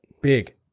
Big